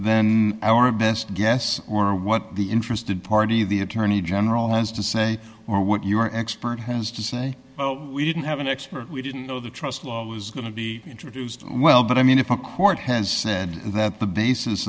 then our best guess or what the interested party the attorney general has to say or what your expert has to say well we didn't have an expert we didn't know the trust law was going to be introduced as well but i mean if a court has said that the basis